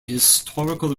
historical